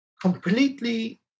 completely